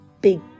big